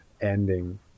ending